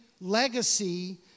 legacy